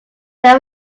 there